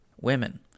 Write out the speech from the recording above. Women